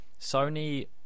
Sony